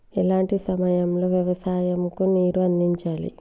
ఎలాంటి సమయం లో వ్యవసాయము కు నీరు అందించాలి?